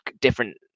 different